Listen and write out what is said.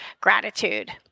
gratitude